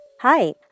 Hi